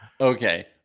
Okay